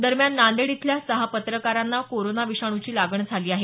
दरम्यान नांदेड इथल्या सहा पत्रकारांना कोरोना विषाणूची लागण झाली आहे